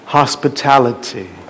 hospitality